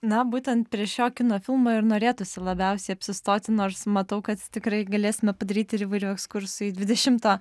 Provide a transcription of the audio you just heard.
na būtent prie šio kino filmo ir norėtųsi labiausiai apsistoti nors matau kad tikrai galėsime padaryti ir įvairių ekskursų į dvidešimto